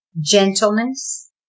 gentleness